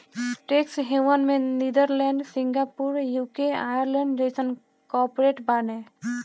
tax haven में Netherlands, Singapore, UK, Ireland जइसन corporate बाने